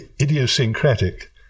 idiosyncratic